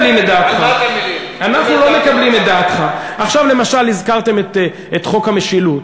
עכשיו, למשל, הזכרתם את חוק המשילות.